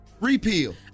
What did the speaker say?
Repeal